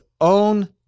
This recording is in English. own